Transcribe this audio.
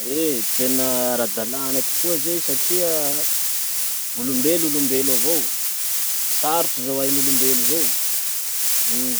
Eh! tena ara-dalàna tokoa zay satria olombelo olombelo avao. Sarotsy zao ain'olombelo zao, um.